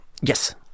Yes